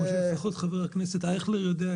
כפי שלפחות חבר הכנסת אייכלר יודע,